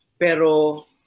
pero